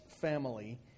family